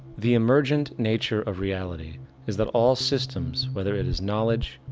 the emergent nature of reality is that all systems whether it is knowledge,